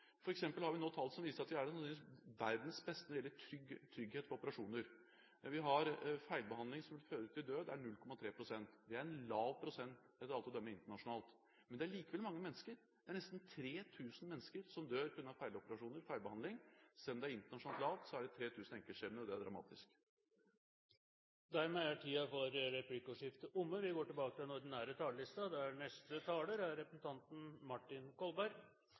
har f.eks. nå tall som viser at vi sannsynligvis er blant verdens beste når det gjelder trygghet på operasjoner, men vi har et nivå av feilbehandling som fører til død på 0,3 pst. Det er en lav prosent – etter alt å dømme – internasjonalt, men det er likevel mange mennesker. Det er nesten 3 000 mennesker som dør på grunn av feiloperasjoner, feilbehandling. Selv om det er internasjonalt lavt, er det 3 000 enkeltskjebner, og det er dramatisk. Replikkordskiftet er omme. Jeg mener at vi